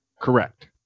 Correct